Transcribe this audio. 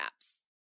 apps